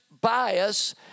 bias